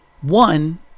one